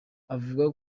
avuga